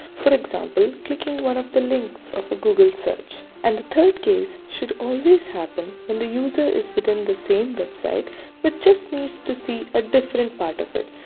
for eg clicking one of the links of a google search and the third case should always happen when the user is within the same website but just needs to see a different part of it.